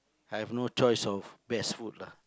I have no choice of best food lah